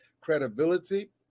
credibility